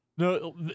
No